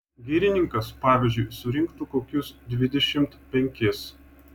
girininkas pavyzdžiui surinktų kokius dvidešimt penkis